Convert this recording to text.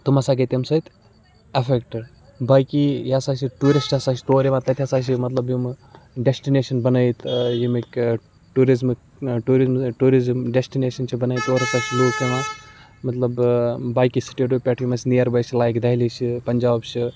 تِم ہَسا گٔیٚے تَمہِ سۭتۍ ایفیکٹڈ باقٕے یہِ ہَسا چھِ ٹوٗرِسٹ ہَسا تور یِوان تَتہِ ہَسا چھِ مطلب یِم ڈیسٹٕنیشَن بَنٲیِتھ ییٚمِکۍ ٹوٗرِزمٕکۍ ٹوٗرِزم ٹوٗرِزم ڈیسٹٕنیشَن چھِ بنٲیِتھ تور ہَسا چھِ لُکھ یِوان مطلب باقٕے سٹیٹو پٮ۪ٹھ یِم اَسہِ نِیَر باے چھِ لایک دہلی چھِ پنجاب چھِ